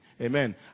Amen